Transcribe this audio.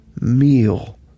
meal